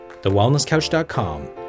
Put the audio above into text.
thewellnesscouch.com